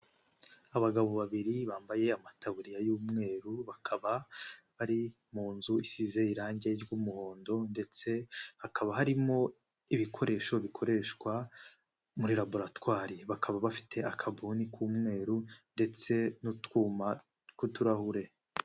Abagabo babiri bambaye amatabuririya y'umweru, bakaba bari mu nzu isize irangi ry'umuhondo, ndetse hakaba harimo ibikoresho bikoreshwa muri laboratwari, bakaba bafite akabuni k'umweru ndetse n'utwuma tw'uturahure.